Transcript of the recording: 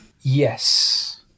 Yes